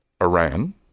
Iran